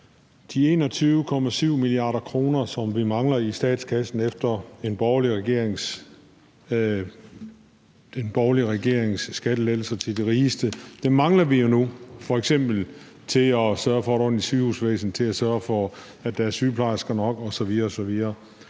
de 21,7 mia. kr., som vi mangler i statskassen efter en borgerlig regerings skattelettelser til de rigeste, mangler vi jo nu f.eks. til at sørge for et ordentligt sygehusvæsen, til at sørge for, at der er sygeplejersker nok osv. osv.